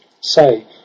say